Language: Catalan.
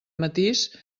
matís